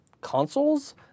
consoles